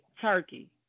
turkey